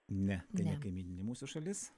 ne ne kaimyninė mūsų šalis